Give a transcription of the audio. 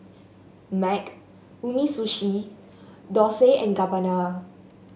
MAG Umisushi Dolce and Gabbana